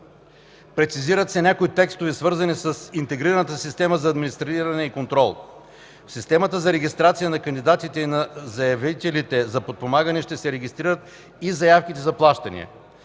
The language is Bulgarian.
Прецизират се някои текстове, свързани с Интегрираната система за администриране и контрол. В системата за регистрация на кандидатите и на заявленията за подпомагане ще се регистрират и заявките за плащане.